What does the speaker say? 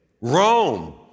Rome